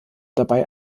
dabei